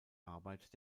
arbeit